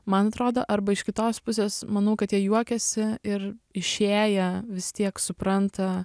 man atrodo arba iš kitos pusės manau kad jie juokiasi ir išėję vis tiek supranta